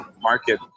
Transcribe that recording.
market